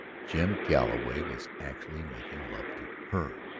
jim galloway was actually making love to her!